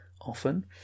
often